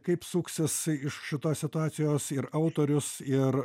kaip suksis iš šitos situacijos ir autorius ir